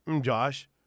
Josh